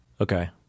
Okay